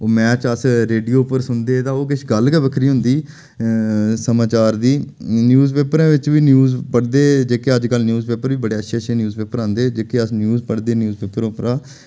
ओह् मैच अस रेडियो उप्पर सुनदे हे तां ओह् किश गल्ल गै बक्खरी होंदी ही समाचार दी न्यूज पेपरें बिच बी न्यूज पढ़दे हे जेह्के अजकल न्यूज पेपर बी बड़े अच्छे अच्छे न्यूज पेपर औंदे जेह्के अस न्यूज पढ़दे न्यूज़ पेपरें उप्परा